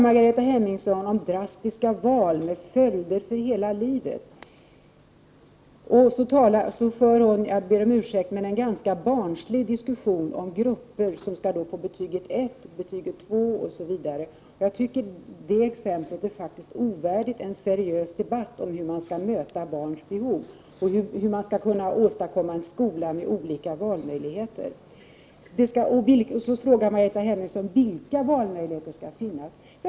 Margareta Hemmingsson talade om drastiska val med följder för hela livet. Hon förde en, om uttrycket ursäktas, ganska barnslig diskussion om grupper som skulle få betyget 1, betyget 2, osv. Det exemplet är faktiskt ovärdigt en seriös debatt om hur man skall tillgodose alla barns behov, hur man skall kunna åstadkomma en skola med valmöjligheter. Vilka valmöjligheter skall finnas, frågade Margareta Hemmingsson.